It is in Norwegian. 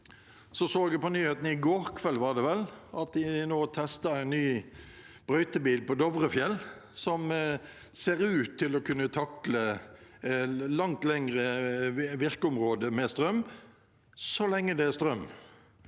nyhetene, det var vel i går kveld, at man nå tester en ny brøytebil på Dovrefjell som ser ut til å kunne takle en langt lengre virketid med strøm – så lenge det er strøm.